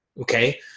Okay